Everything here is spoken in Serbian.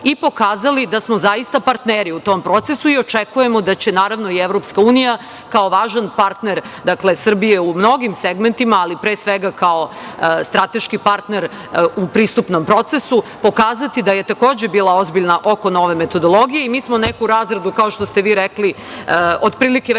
i pokazali da smo zaista partneri u tom procesu, i očekujemo naravno, da će i EU, kao važan partner Srbije u mnogim segmentima, ali pre svega kao strateški partner u pristupnom procesu pokazati da je takođe, bila ozbiljna oko nove metodologije. Mi smo neku razradu, kao što ste vi rekli, otprilike, već